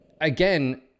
again